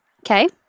okay